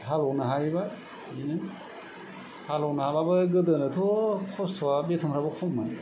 हालेवनो हायोबा बिदिनो हालेवनो हाबाबो गोदोनाथ' खस्थ'आ बेथनफ्राबो खममोन